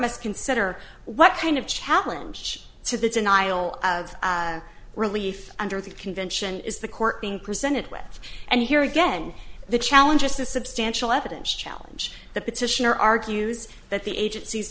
must consider what kind of challenge to the denial of relief under the convention is the court being presented with and here again the challenges the substantial evidence challenge the petitioner argues that the agenc